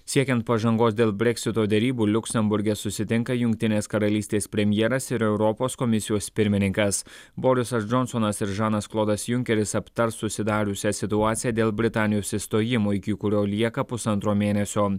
siekiant pažangos dėl breksito derybų liuksemburge susitinka jungtinės karalystės premjeras ir europos komisijos pirmininkas borisas džonsonas ir žanas klodas junkeris aptars susidariusią situaciją dėl britanijos išstojimo iki kurio lieka pusantro mėnesio